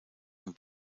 man